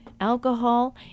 Alcohol